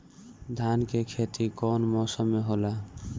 धान के खेती कवन मौसम में होला?